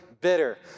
bitter